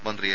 മന്ത്രി എ